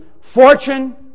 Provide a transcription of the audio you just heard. fortune